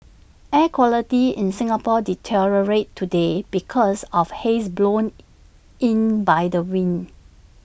air quality in Singapore deteriorated today because of haze blown in by the wind